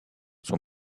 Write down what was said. son